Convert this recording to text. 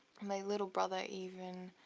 my little brother even